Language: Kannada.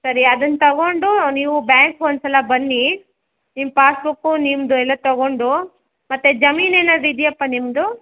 ಸರಿ ಅದನ್ನು ತಗೊಂಡು ನೀವು ಬ್ಯಾಂಕ್ಗೊಂದು ಸಲ ನಿಮ್ಮ ಪಾಸ್ಬುಕ್ಕು ನಿಮ್ಮದು ಎಲ್ಲ ತಗೊಂಡು ಮತ್ತೆ ಜಮೀನೇನಾದರೂ ಇದೆಯಾಪ್ಪ ನಿಮ್ಮದು